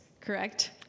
correct